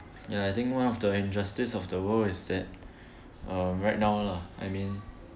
ya I think one of the injustice of the world is that um right now lah I mean